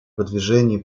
продвижении